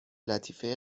لطیفه